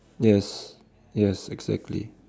yes yes exactly